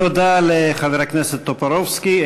תודה לחבר הכנסת טופורובסקי.